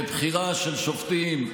ולבחירה של שופטים,